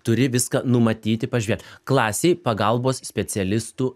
turi viską numatyti pažiūrėt klasėj pagalbos specialistų